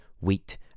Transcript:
wheat